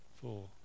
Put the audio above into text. four